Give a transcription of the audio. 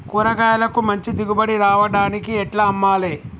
కూరగాయలకు మంచి దిగుబడి రావడానికి ఎట్ల అమ్మాలే?